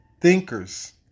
Thinkers